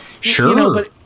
Sure